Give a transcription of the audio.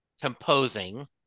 composing